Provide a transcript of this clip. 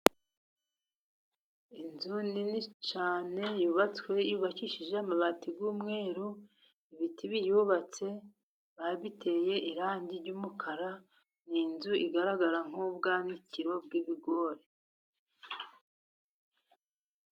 inzu nini cyane yubakishije amabati y'umweru ibiti biyubatse babiteye irangi ry'umukara; ni inzu igaragara nk'ubwanikiro bw'ibigori.